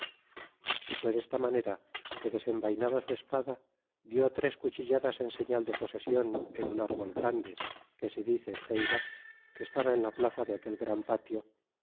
y fue desta manera que desembainada su espada dió tres cuchilladas en señal de posesion en un árbol grande que se dice ceiba que estaba en la plaza de aquel gran patio